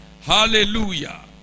Hallelujah